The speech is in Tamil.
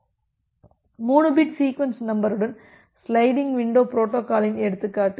3பிட் சீக்வென்ஸ் நம்பருடன் சிலைடிங் விண்டோ பொரோட்டோகாலின் எடுத்துக்காட்டு